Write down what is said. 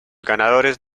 ganadores